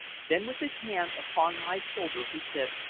then, with his hand upon my shoulder, he said,